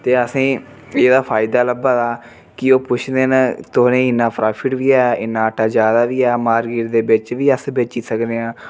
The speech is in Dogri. ते असेंगी एह्दा फायदा लब्भा दा कि ओह् पुच्छदे न तोहें गी इन्ना प्रोफिट बी ऐ इ'न्ना आटा जा दा बी ऐ मार्किट दे बिच्च बी अस बेची सकनें आं